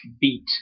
beat